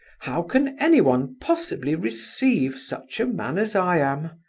how can anyone possibly receive such a man as i am?